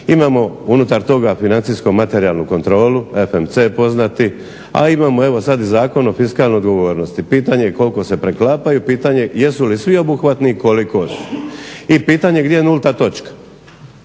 imamo unutar toga financijsko materijalnu kontrolu, FMC poznati a imamo sada Zakon o fiskalnoj odgovornosti. Pitanje koliko se preklapaju, pitanje jesu li sveobuhvatni i koliko i pitanje gdje je nulta točka.